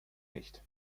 nicht